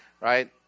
right